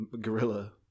gorilla